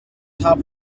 top